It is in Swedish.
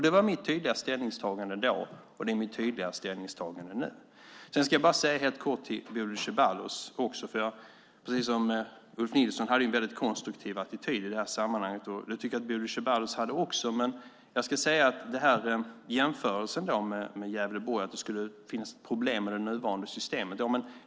Det var mitt tydliga ställningstagande då, och det är mitt tydliga ställningstagande nu. Ulf Nilsson hade en väldigt konstruktiv attityd. Det tycker jag att Bodil Ceballos också hade. Hon gjorde en jämförelse med Gävleborg och att det är problem med det nuvarande systemet.